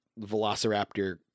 velociraptor